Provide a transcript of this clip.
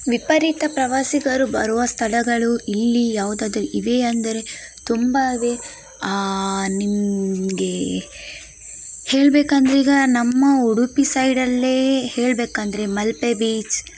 ವಿಪರೀತ ಪ್ರವಾಸಿಗರು ಬರುವ ಸ್ಥಳಗಳು ಇಲ್ಲಿ ಯಾವುದಾದರೂ ಇವೆಯಾ ಅಂದರೆ ತುಂಬ ಇವೆ ನಿಮ್ಗೆ ಹೇಳಬೇಕಂದ್ರೆ ಈಗ ನಮ್ಮ ಉಡುಪಿ ಸೈಡಲ್ಲೇ ಹೇಳಬೇಕಂದ್ರೆ ಮಲ್ಪೆ ಬೀಚ್